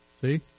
See